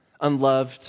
unloved